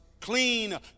clean